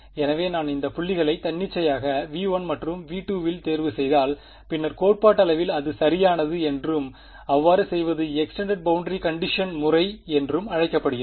எனவே நான் இந்த புள்ளிகளை தன்னிச்சையாக V1 மற்றும் V2 வில் தேர்வு செய்தால் பின்னர் கோட்பாட்டளவில் அது சரியானது என்றும் அவ்வாறு செய்வது எக்ஸ்டெண்டட் பௌண்டரி கண்டிஷன் முறை என்றும் அழைக்கப்படுகிறது